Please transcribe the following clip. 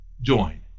join